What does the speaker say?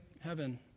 heaven